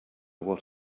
what